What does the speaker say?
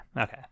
Okay